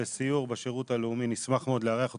לסיור בשירות הלאומי, נשמח מאוד לארח אתכם.